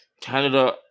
canada